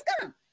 come